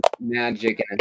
magic